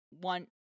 one